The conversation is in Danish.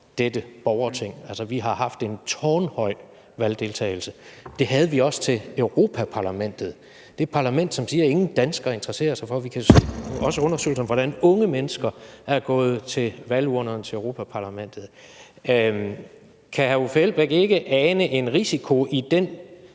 dette borgerting. Altså, vi har haft en tårnhøj valgdeltagelse. Det havde vi også ved valget til Europa-Parlamentet – det parlament, som man siger ingen danskere interesserer sig for. Vi kan også se af undersøgelser, hvordan unge mennesker er gået til valgurnerne til Europa-Parlamentet. Kan hr. Uffe Elbæk ikke ane en risiko i den